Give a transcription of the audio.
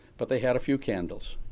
but they had a few candles.